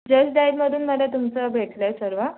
just डायलमधून मला तुमचं भेटलं आहे सर्व